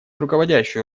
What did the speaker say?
руководящую